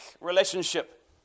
relationship